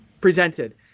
presented